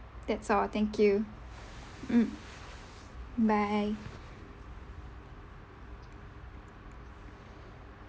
that's all thank you mm bye